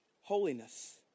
holiness